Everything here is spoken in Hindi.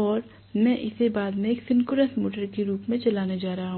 और मैं इसे बाद में एक सिंक्रोनस मोटर के रूप में चलाने जा रहा हूं